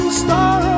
star